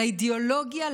לאידיאולוגיה,